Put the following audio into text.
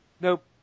Nope